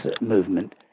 movement